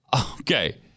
Okay